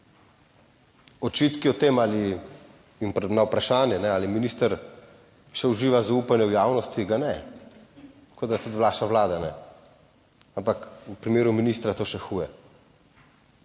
Očitki o tem ali in na vprašanje ali minister še uživa zaupanje v javnosti, ga ne, kot ga tudi vaša Vlada ne, ampak v primeru ministra, je to še huje